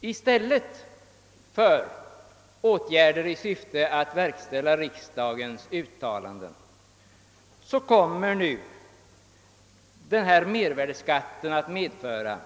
Riksdagens i uttalanden framförda önskemål tillmötesgås alltså inte. I stället har mervärdeskatten kommit «att medföra